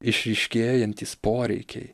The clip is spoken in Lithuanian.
išryškėjantys poreikiai